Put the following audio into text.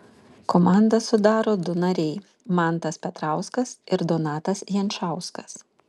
komandą sudaro du nariai mantas petrauskas ir donatas jančauskas